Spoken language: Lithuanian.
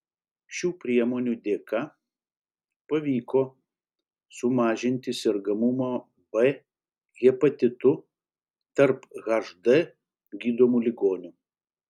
šių priemonių dėka pavyko sumažinti sergamumą b hepatitu tarp hd gydomų ligonių